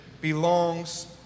belongs